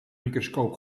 microscoop